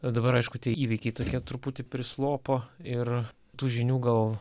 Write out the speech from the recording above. dabar aišku tie įvykiai tokie truputį prislopo ir tų žinių gal